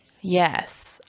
Yes